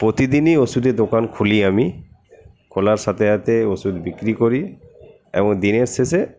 প্রতিদিনই ওষুধের দোকান খুলি আমি খোলার সাথে সাথে ওষুধ বিক্রি করি এবং দিনের শেষে